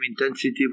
intensity